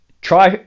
Try